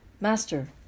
Master